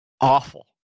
Awful